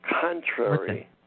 Contrary